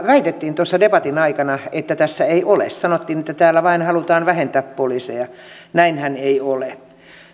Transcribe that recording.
väitettiin tuossa debatin aikana että niitä ei tässä ole sanottiin että täällä vain halutaan vähentää poliiseja näinhän ei ole